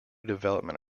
development